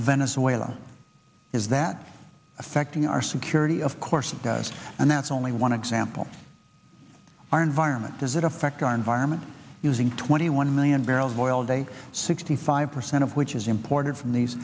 venezuela is that affecting our security of course and that's only one example our environment does that affect our environment using twenty one million barrels of oil a day sixty five percent of which is imported from these